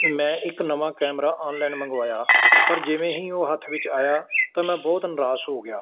ਮੈਂ ਇੱਕ ਨਵਾਂ ਕੈਮਰਾ ਆਨਲਾਈਨ ਮੰਗਵਾਇਆ ਪਰ ਜਿਵੇਂ ਹੀ ਉਹ ਹੱਥ ਵਿੱਚ ਆਇਆ ਤਾਂ ਮੈਂ ਬਹੁਤ ਨਿਰਾਸ਼ ਹੋ ਗਿਆ